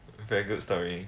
very good story